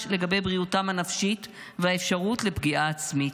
לגבי בריאותם הנפשית והאפשרות לפגיעה עצמית.